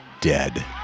dead